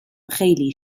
خیلی